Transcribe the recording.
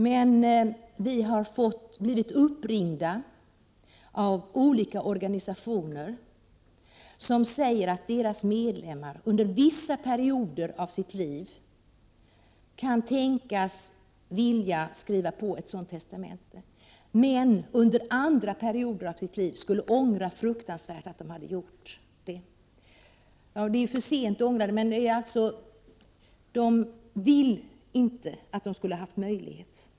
Men vi har blivit uppringda av olika organisationer, som säger att deras medlemmar under vissa perioder av sitt liv kan tänkas vilja skriva på ett sådant testamente, medan de är medvetna om att de under andra perioder under sitt liv skulle ångra ett sådant agerande fruktansvärt. De vill inte att de skulle ha denna möjlighet.